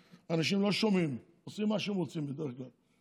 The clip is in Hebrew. אנשים לא שומעים, עושים מה שהם רוצים בדרך כלל.